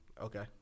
okay